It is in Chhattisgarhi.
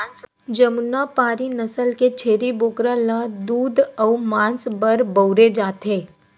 जमुनापारी नसल के छेरी बोकरा ल दूद अउ मांस बर बउरे जाथे